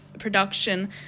production